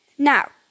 Now